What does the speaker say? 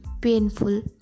painful